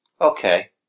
Okay